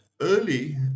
Early